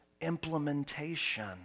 implementation